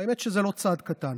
האמת שזה לא צעד קטן,